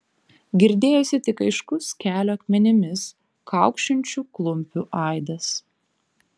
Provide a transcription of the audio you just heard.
girdėjosi tik aiškus kelio akmenimis kaukšinčių klumpių aidas